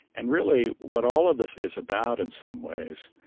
and really, what all of this is about in some ways,